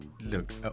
Look